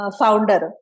founder